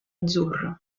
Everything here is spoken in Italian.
azzurro